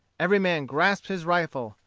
every man grasped his rifle,